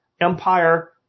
empire